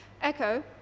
Echo